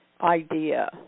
idea